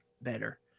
better